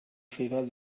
ciudad